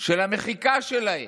של המחיקה שלהם,